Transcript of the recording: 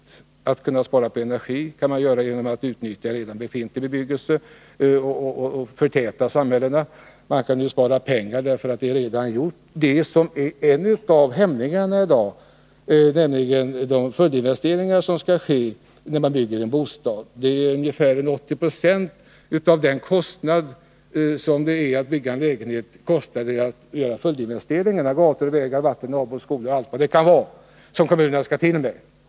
Man kan spara energi genom att utnyttja redan befintlig bebyggelse och förtäta samhällena. Det går ju att spara pengar, eftersom det redan är färdigt. En av hämningarna i dag har att göra med följdinvesteringarna, när man har byggt en bostad. Ungefär 80 70 av kostnaderna för en lägenhet går till följdinvesteringar: gator, vägar, vatten, avlopp, skolor och allt vad det kan vara som kommunerna skall ordna.